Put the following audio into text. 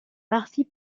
partis